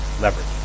leverage